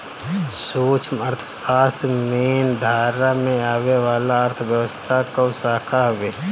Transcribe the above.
सूक्ष्म अर्थशास्त्र मेन धारा में आवे वाला अर्थव्यवस्था कअ शाखा हवे